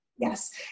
Yes